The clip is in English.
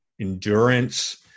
endurance